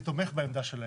אני תומך בעמדה שלהם,